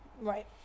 Right